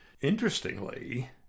Interestingly